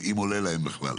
אם עולה להם בכלל.